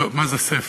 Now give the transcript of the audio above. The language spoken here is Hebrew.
מה זה ספר,